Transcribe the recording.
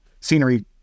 scenery